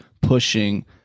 pushing